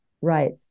right